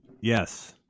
yes